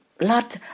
lot